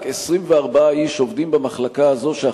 רק 24 איש עובדים במחלקה הזאת,